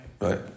right